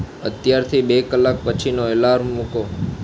અત્યારથી બે કલાક પછીનો એલાર્મ મૂકો